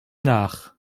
nach